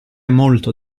molto